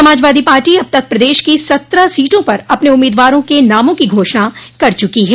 Samajwadi party अब तक प्रदेश की सत्रह सोटों पर अपने उम्मीदवारों के नामों की घोषणा कर चुकी है